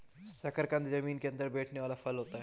शकरकंद जमीन के अंदर बैठने वाला फल होता है